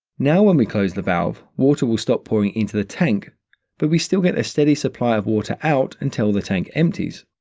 now when we close the valve, water will stop pouring into the tank but we still get the steady supply of water out until the tank empties.